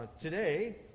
today